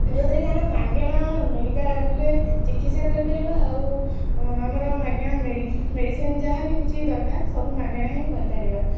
ଯେଉଁଥିରେ କି ଆମେ ମାଗେଣା ମେଡ଼ିକାଲରେ ଚିକିତ୍ସା କରିପାରିବା ଆଉ ଆମର ମାଗଣା ମେଡ଼ିସିନ ଯାହା ବି କିଛି ଦରକାର ସବୁ ମାଗଣା ହିଁ କରିପାରିବା